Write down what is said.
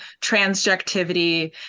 transjectivity